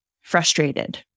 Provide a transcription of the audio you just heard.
frustrated